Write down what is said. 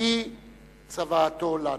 היא צוואתו לנו.